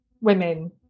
women